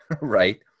right